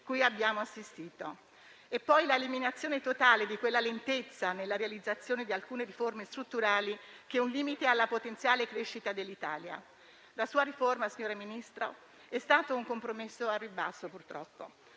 cui abbiamo assistito; occorreva, inoltre, l'eliminazione totale di quella lentezza nella realizzazione di alcune riforme strutturali, che è un limite alla potenziale crescita dell'Italia. La sua riforma, signor Ministro, è stata un compromesso al ribasso, purtroppo.